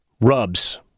Rubs